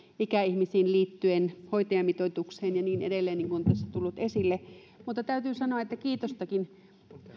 ikäihmisiin hoitajamitoitukseen liittyen ja niin edelleen niin kuin on tässä tullut esille mutta täytyy sanoa että kiitostakin